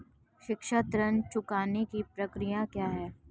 शिक्षा ऋण चुकाने की प्रक्रिया क्या है?